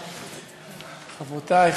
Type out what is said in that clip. חברותי,